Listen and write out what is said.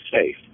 safe